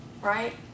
right